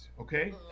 okay